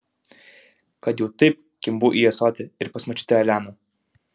kad jau taip kimbu į ąsotį ir pas močiutę eleną